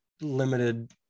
limited